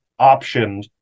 optioned